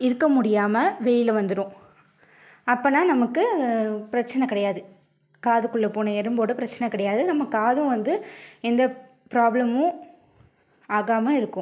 இருக்க முடியாமல் வெளியில் வந்துடும் அப்படின்னா நமக்கு பிரச்சனை கிடையாது காதுக்குள்ளே போன எறும்போடு பிரச்சனை கிடையாது நம்ம காதும் வந்து எந்த பிராப்ளமும் ஆகாமல் இருக்கும்